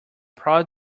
prod